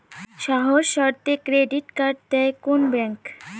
সহজ শর্তে credit card দেয় কোন ব্যাংক?